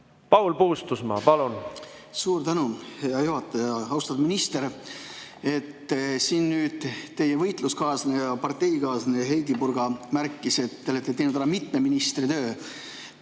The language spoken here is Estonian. Paul Puustusmaa, palun! Suur tänu, hea juhataja! Austatud minister! Siin teie võitluskaaslane ja parteikaaslane Heidy Purga märkis, et te olete teinud ära mitme ministri töö.